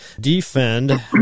defend